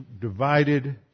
divided